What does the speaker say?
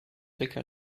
liquor